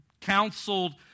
counseled